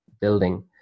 building